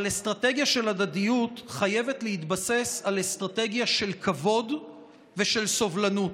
אבל אסטרטגיה של הדדיות חייבת להתבסס על אסטרטגיה של כבוד ושל סובלנות,